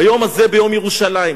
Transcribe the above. ביום הזה, ביום ירושלים,